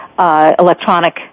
Electronic